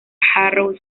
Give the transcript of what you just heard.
harrow